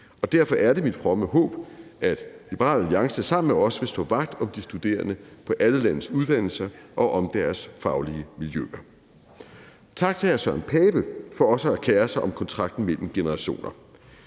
Derfor er det mit fromme håb, at Liberal Alliance sammen med os vil stå vagt om de studerende på alle landets uddannelser og om deres faglige miljøer. Tak til hr. Søren Pape Poulsen for også at kere sig om kontrakten mellem generationer.